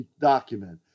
document